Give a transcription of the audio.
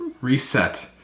reset